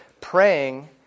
praying